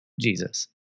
Jesus